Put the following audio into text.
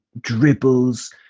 dribbles